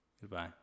Goodbye